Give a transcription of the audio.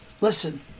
Listen